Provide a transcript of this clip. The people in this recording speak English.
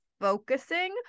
focusing